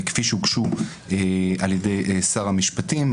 כפי שהוגשו על ידי שר המשפטים,